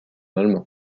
allemand